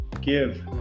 give